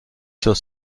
sur